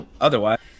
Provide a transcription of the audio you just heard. otherwise